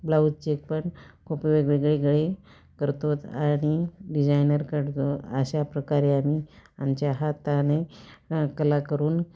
ब्लाउजचे पण खूप वेगवेगळे गळे करतोच आणि डिझायनर काढतो अशा प्रकारे आम्ही आमच्या हाताने कला करून